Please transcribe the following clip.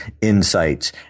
insights